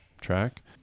track